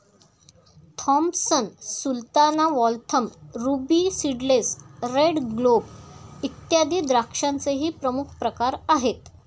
Thompson sultana, Waltham, ruby seedless, red globe, इत्यादी द्राक्षांचेही प्रमुख प्रकार आहेत